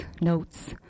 notes